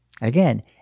Again